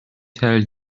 tell